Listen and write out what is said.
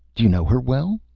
do you know her well?